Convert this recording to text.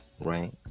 right